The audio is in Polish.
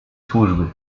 służby